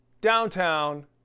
downtown